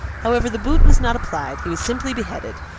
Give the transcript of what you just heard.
however, the boot was not applied he was simply beheaded,